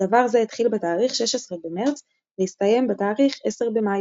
דבר זה התחיל בתאריך 16 במרץ והסתיים בתאריך 10 במאי,